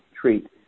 treat